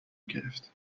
گرفته